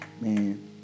Man